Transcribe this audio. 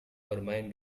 bermain